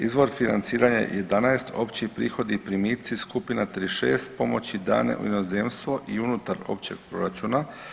Izvor financiranja 11 opći prihodi i primici skupina 36 pomoći dane u inozemstvo i unutar općeg proračuna.